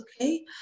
okay